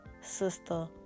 sister